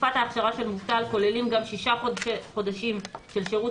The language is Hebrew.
בתקופת האכשרה של מובטל כוללים גם שישה חודשים של שירות